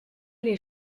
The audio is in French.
les